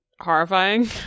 horrifying